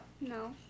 No